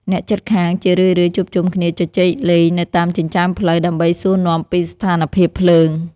អ្នកជិតខាងជារឿយៗជួបជុំគ្នាជជែកលេងនៅតាមចិញ្ចើមផ្លូវ ដើម្បីសួរនាំពីស្ថានភាពភ្លើង។